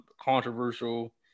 controversial